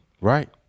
right